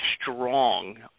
strong